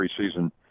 preseason